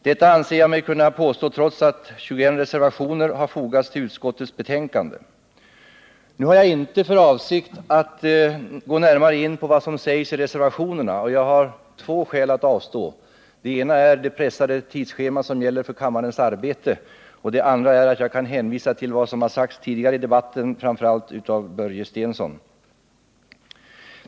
Detta anser jag mig kunna påstå trots att 21 reservationer har fogats till utskottets betänkande. Nu har jag inte för avsikt att gå närmare in på vad som sägs i reservationerna. Jag har två skäl att avstå från det. Det ena skälet är det pressade tidschema som gäller för kammarens arbete och det andra är att jag kan hänvisa till vad som har sagts tidigare i debatten, framför allt av Börje Stensson.